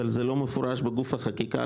אבל זה לא מפורש בגוף החקיקה.